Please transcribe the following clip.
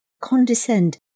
condescend